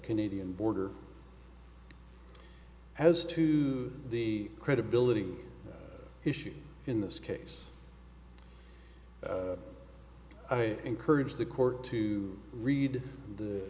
canadian border as to the credibility issue in this case i encourage the court to read the